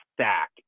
stack